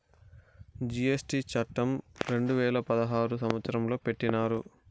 GST చట్టం రెండు వేల పదహారు సంవత్సరంలో పెట్టినారు